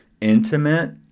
intimate